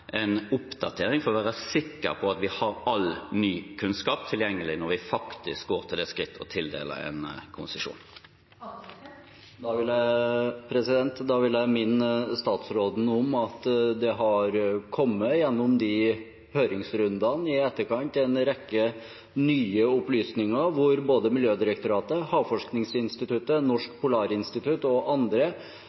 en oppdatering for at vi skal være sikre på at vi har all ny kunnskap tilgjengelig når vi faktisk går til det skritt å tildele en konsesjon. Da vil jeg minne statsråden om at det har kommet, gjennom høringsrundene i etterkant, en rekke nye opplysninger. Både Miljødirektoratet, Havforskningsinstituttet, Norsk Polarinstitutt og andre